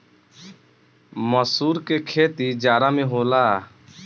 मसूर के खेती जाड़ा में होला